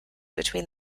between